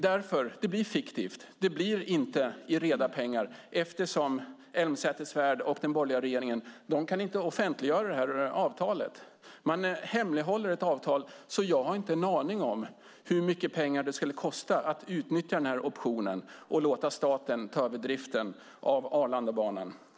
Det blir en debatt om fiktiva pengar och inte om reda pengar eftersom Catharina Elmsäter-Svärd och den borgerliga regeringen inte kan offentliggöra detta avtal. Man hemlighåller ett avtal. Jag har därför ingen aning om hur mycket pengar det skulle kosta att utnyttja denna option och låta staten ta över driften av Arlandabanan.